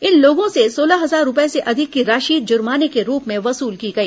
इन लोगों से सोलह हजार रूपये से अधिक की राशि जुर्माने के रूप में वसूल की गई